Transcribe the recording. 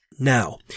Now